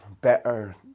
better